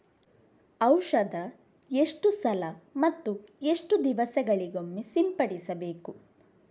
ಔಷಧ ಎಷ್ಟು ಸಲ ಮತ್ತು ಎಷ್ಟು ದಿವಸಗಳಿಗೊಮ್ಮೆ ಸಿಂಪಡಿಸಬೇಕು?